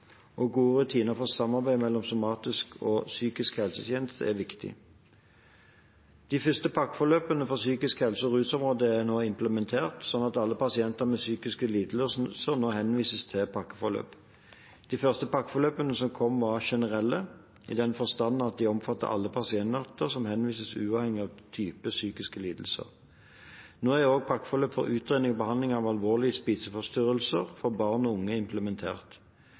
og oppfølging. Gode rutiner for samarbeid mellom somatiske og psykiske helsetjenester er viktig. De første pakkeforløpene for psykisk helse og rusområdet er implementert, slik at alle pasienter med psykiske lidelser nå henvises til pakkeforløp. De første pakkeforløpene som kom, var generelle, i den forstand at de omfatter alle pasienter som henvises, uavhengig av type psykisk lidelse. Nå er også pakkeforløp for utredning og behandling av alvorlige spiseforstyrrelser for barn og unge implementert.